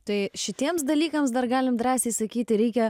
tai šitiems dalykams dar galim drąsiai sakyti reikia